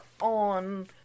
on